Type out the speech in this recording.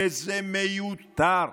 שזה מיותר.